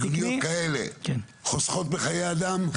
מיגוניות כאלה חוסכות בחיי אדם?